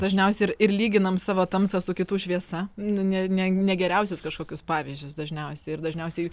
dažniausiai ir ir lyginam savo tamsą su kitų šviesa nu ne ne geriausius kažkokius pavyzdžius dažniausiai ir dažniausiai